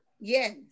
Yes